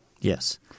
Yes